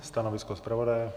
Stanovisko zpravodaje?